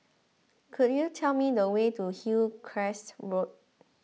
could you tell me the way to Hillcrest Road